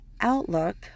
outlook